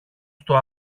στο